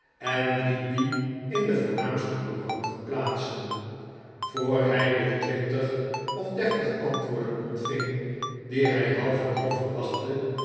en liet die in de voornaamste couranten plaatsen voor hij de twintig of dertig antwdorden ontving die hij half en half verwachtte